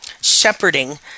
shepherding